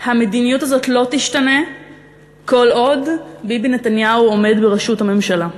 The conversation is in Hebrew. המדיניות הזאת לא תשתנה כל עוד ביבי נתניהו עומד בראשות הממשלה.